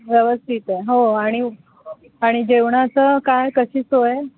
व्यवस्थित आहे हो आणि आणि जेवणाचं काय कशी सोय आहे